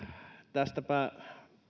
tästäpä